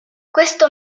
questo